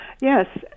Yes